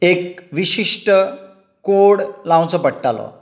एक विशिश्ट कोड लावचो पडटालो